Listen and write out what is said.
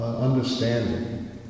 understanding